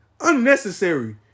Unnecessary